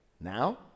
Now